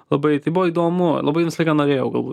labai tai buvo įdomu labai visą laiką norėjau galbūt